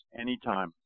anytime